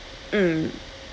mm